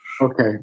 Okay